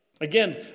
Again